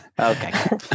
okay